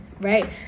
right